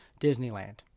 Disneyland